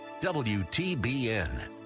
WTBN